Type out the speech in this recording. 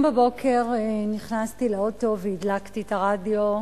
הבוקר נכנסתי לאוטו והדלקתי את הרדיו,